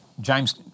James